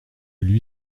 lui